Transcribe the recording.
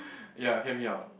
ya hear me out